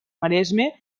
maresme